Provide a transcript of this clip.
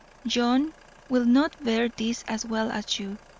john will not bear this as well as you,